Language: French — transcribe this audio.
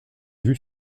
vue